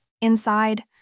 Inside